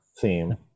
theme